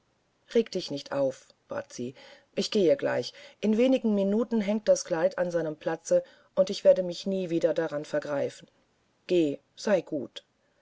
rege dich nicht auf bat sie ich gehe gleich in wenig minuten hängt das kleid an seinem platze und ich werde mich nie wieder daran vergreifen geh sei gut